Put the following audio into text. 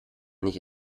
nicht